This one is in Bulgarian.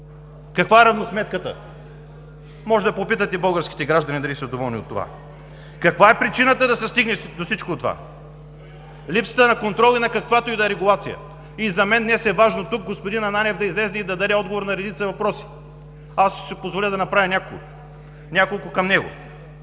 Каква е равносметката? Може да попитате българските граждани дали са доволни от това. Каква е причината да се стигне до всичко това? Липсата на контрол и на каквато и да е регулация! За мен днес е важно господин Ананиев да излезе тук и да даде отговор на редица въпроси. Ще си позволя да отправя няколко към него: